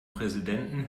präsidenten